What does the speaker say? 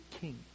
king